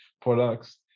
products